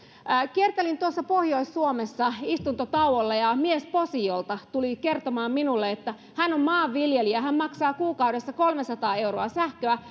kiertelin tuolla pohjois suomessa istuntotauolla ja mies posiolta tuli kertomaan minulle että hän on maanviljelijä ja hän maksaa kuukaudessa kolmesataa euroa sähköä